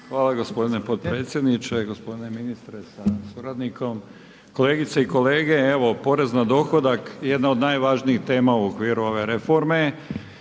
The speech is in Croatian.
Hvala gospodine potpredsjedniče. Gospodine ministre sa suradnikom, kolegice i kolege. Evo porez na dohodak jedna od najvažnijih tema u okviru ove reforme